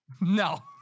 No